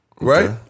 right